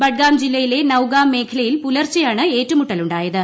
ബഡ്ഗാം ജില്ലയിലെ നൌഗാം മേഖലയിൽ പുലർച്ചെയാണ് ഏറ്റുമുട്ടലുണ്ടായത്